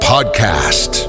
podcast